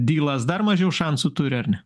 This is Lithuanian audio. dylas dar mažiau šansų turi ar ne